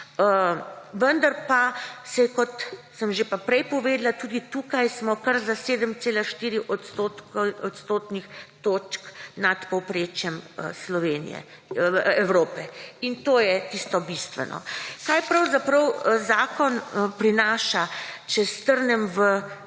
Vendar pa, kot sem pa že prej povedala, tudi tukaj smo kar za 7,4 odstotnih točk nad povprečjem Evrope in to je tisto bistveno. Kaj pravzaprav zakon prinaša, če strnem v